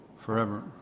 forever